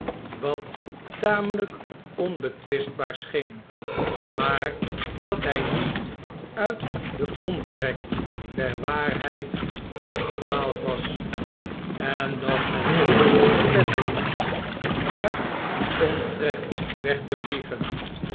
wat tamelgk onbetwistbaar scheen maar dat hj niet uit den omtrek der waarheid afgedwaald was en dat men hem beletten moest uit dien omtrek weg te vliegen